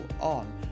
on